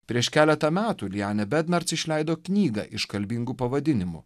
prieš keletą metų lione bet nors išleido knygą iškalbingu pavadinimu